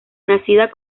nacida